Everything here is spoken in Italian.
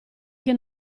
che